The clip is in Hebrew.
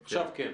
עכשיו, כן.